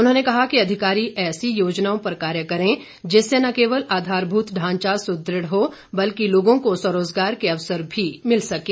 उन्होंने कहा कि अधिकारी ऐसी योजनाओं पर कार्य करें जिससे न केवल आधारभूत ढांचा सुदृढ़ हो बल्कि लोगों को स्वरोजगार के अवसर भी मिल सकें